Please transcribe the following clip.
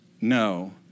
No